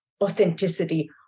authenticity